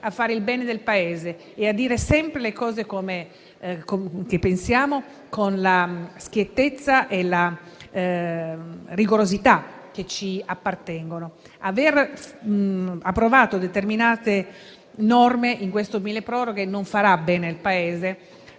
a fare il bene del Paese e a dire sempre le cose che pensiamo con la schiettezza e la rigorosità che ci appartengono. Aver approvato determinate norme in questo milleproroghe non farà bene al Paese;